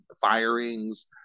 firings